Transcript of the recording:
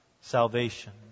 salvation